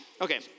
okay